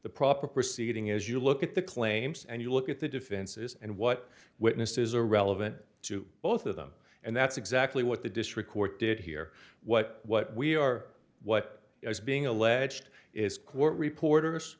the proper proceeding is you look at the claims and you look at the defenses and what witnesses are relevant to both of them and that's exactly what the district court did here what what we are what is being alleged is court reporters